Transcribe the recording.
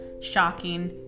shocking